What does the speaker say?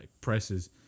presses